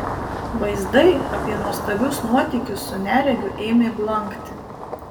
vaizdai apie nuostabius nuotykius su neregiu ėmė blankti